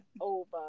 over